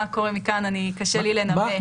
מה קורה מכאן קשה לי לנבא.